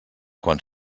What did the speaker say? quan